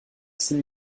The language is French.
scène